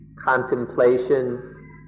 contemplation